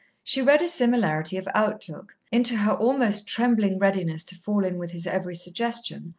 she read a similarity of outlook, into her almost trembling readiness to fall in with his every suggestion,